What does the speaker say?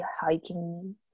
hiking